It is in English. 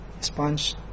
sponge